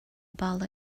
about